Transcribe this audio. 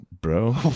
Bro